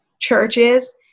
churches